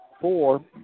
four